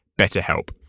BetterHelp